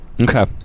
okay